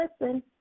listen